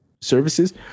services